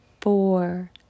four